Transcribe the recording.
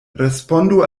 respondu